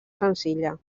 senzilla